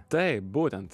taip būtent